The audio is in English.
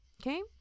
Okay